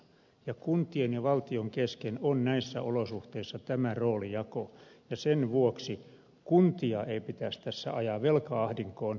ja kuntien ja valtion kesken on näissä olosuhteissa tämä roolijako ja sen vuoksi kuntia ei pitäisi tässä ajaa velka ahdinkoon